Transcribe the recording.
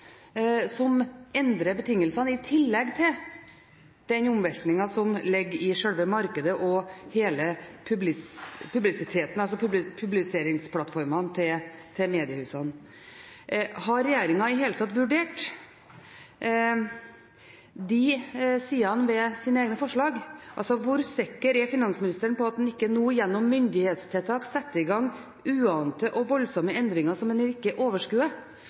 som endrer betingelsene, i tillegg til den omveltningen som ligger i selve markedet og hele publiseringsplattformen til mediehusene. Har regjeringen i det hele tatt vurdert de sidene ved sine egne forslag? Hvor sikker er finansministeren på at en ikke nå gjennom myndighetstiltak setter i gang voldsomme endringer som en ikke overskuer konsekvensene av? Særlig gjelder det dersom en innfører en lavmoms på papiraviser, som i